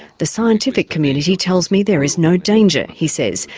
the scientific community tells me there is no danger he says,